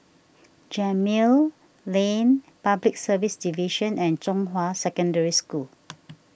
Gemmill Lane Public Service Division and Zhonghua Secondary School